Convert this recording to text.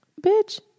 Bitch